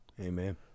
amen